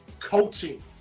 coaching